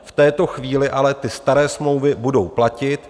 V této chvíli ale ty staré smlouvy budou platit.